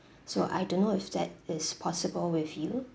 so I don't know if that is possible with you